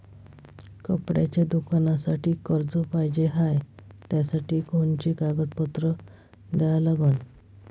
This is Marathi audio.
कपड्याच्या दुकानासाठी कर्ज पाहिजे हाय, त्यासाठी कोनचे कागदपत्र द्या लागन?